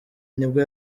nibwo